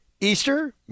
Easter